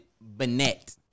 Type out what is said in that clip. Bennett